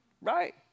right